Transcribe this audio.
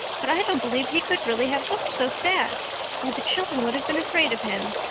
but i don't believe he could really have looked so sad or the children would have been afraid of him.